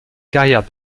carrière